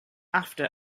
after